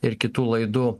ir kitų laidų